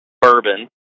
bourbon